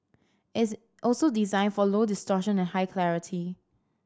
it's also designed for low distortion and high clarity